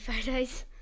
photos